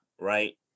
right